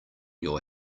your